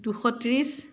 দুশ ত্ৰিছ